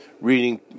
reading